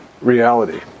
reality